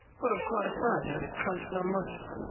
put up quite a fight, nearly crunched my muncher.